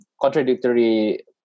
contradictory